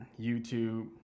YouTube